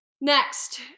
Next